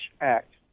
Act